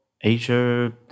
Asia